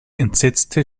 entsetzte